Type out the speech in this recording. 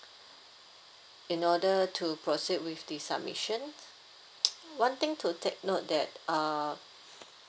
in order to proceed with the submission one thing to take note that uh